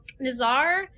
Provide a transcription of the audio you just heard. Nazar